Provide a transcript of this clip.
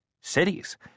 Cities